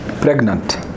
pregnant